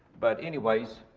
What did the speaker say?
but anyways,